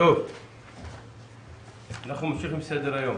הישיבה ננעלה